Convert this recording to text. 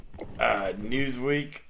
Newsweek